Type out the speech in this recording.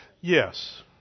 yes